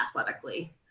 athletically